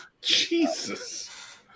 Jesus